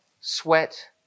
sweat